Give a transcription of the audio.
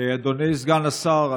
אדוני סגן השר,